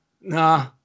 Nah